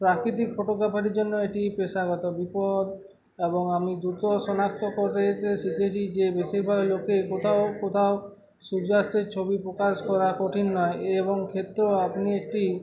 প্রাকৃতিক ফটোগ্রাফির জন্য এটি পেশাগত বিপদ এবং আমি দ্রুত শনাক্ত করতে শিখেছি যে বেশিরভাগ লোকে কোথাও কোথাও সূর্যাস্তের ছবি প্রকাশ করা কঠিন নয় এবং ক্ষেত্রে আপনি একটি